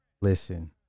Listen